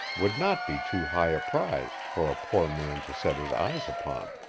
would not be too high a prize for a poor man to set his eyes upon.